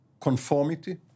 conformity